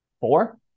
four